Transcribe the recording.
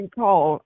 call